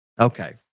Okay